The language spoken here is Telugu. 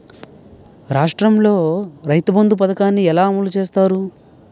రాష్ట్రంలో రైతుబంధు పథకాన్ని ఎలా అమలు చేస్తారు?